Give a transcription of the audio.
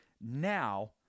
now